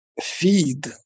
feed